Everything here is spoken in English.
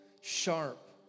sharp